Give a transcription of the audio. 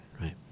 Right